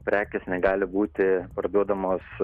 prekės negali būti parduodamos